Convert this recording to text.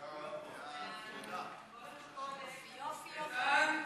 חוק לתיקון פקודת התעבורה (מס' 120),